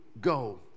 go